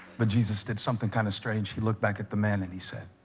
but jesus did something kind of strange he looked back at the man, and he said